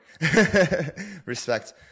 respect